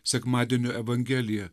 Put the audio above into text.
sekmadienio evangelija